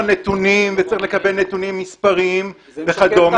נתונים וצריך לקבל נתונים מספריים וכדומה,